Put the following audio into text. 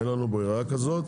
אין לנו בררה כזאת,